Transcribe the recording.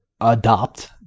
adopt